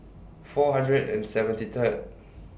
four hundred and seventy Third